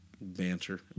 banter